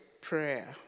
prayer